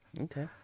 Okay